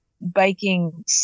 biking